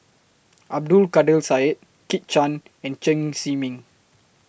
Abdul Kadir Syed Kit Chan and Chen Zhiming